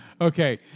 Okay